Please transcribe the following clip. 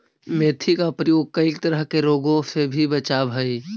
मेथी का प्रयोग कई तरह के रोगों से भी बचावअ हई